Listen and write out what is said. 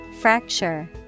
Fracture